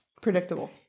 Predictable